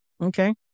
Okay